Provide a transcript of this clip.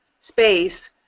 space